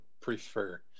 prefer